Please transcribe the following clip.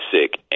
sick